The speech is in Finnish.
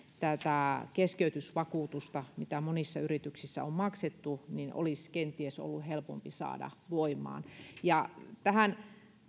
tätä keskeytysvakuutusta mitä monissa yrityksissä on maksettu olisi kenties ollut helpompi saada voimaan tähän